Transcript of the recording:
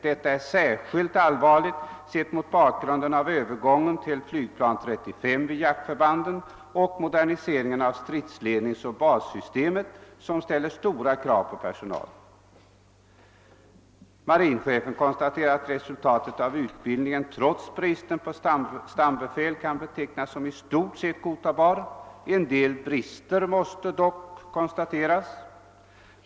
Detta är särskilt allvarligt sett mot bakgrund av övergången till Flygplan 35 vid jaktförbanden och moderniseringen av stridsledningen och bassystemet, som ställer stora krav på personalen. Marinchefen konstaterar att resultatet av utbildningen trots bristen på stambefäl kan betecknas som i stort sett godtagbart; en del brister måste dock konstateras.